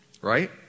Right